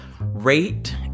rate